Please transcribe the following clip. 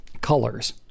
colors